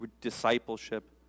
Discipleship